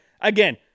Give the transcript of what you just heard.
Again